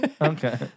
Okay